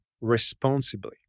responsibly